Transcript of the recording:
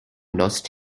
lost